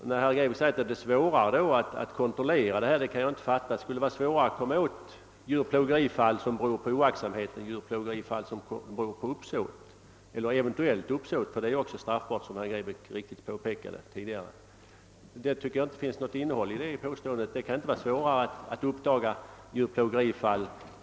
Herr Grebäck säger att det då blir svårare att utöva kontroll, men jag kan inte inse att det skulle vara svårare att uppdaga djurplågerifall som beror på oaktsamhet än sådana som beror på uppsåt, eller eventuellt uppsåt — vilket också är straffbart, såsom herr Grebäck mycket riktigt påpekade. Svårigheterna måste vara lika stora i dessa fall.